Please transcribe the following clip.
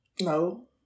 No